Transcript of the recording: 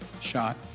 shot